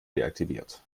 deaktiviert